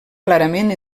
clarament